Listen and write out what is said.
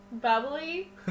bubbly